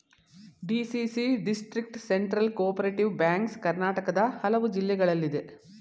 DCC district central cooperative banks ಕರ್ನಾಟಕದ ಹಲವು ಜಿಲ್ಲೆಗಳಲ್ಲಿದೆ